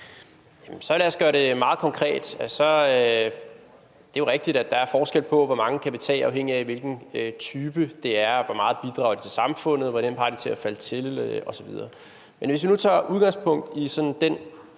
Så lad os gøre det meget konkret. Det er jo rigtigt, at der er forskel på, hvor mange vi kan tage, afhængigt af hvilken type det er og hvor meget de bidrager med til samfundet og hvordan de har det med at falde til osv. Men hvis vi nu tager udgangspunkt i den